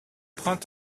prend